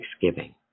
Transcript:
Thanksgiving